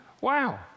Wow